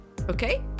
okay